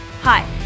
Hi